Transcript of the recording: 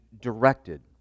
directed